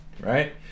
right